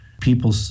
People